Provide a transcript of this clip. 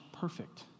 Perfect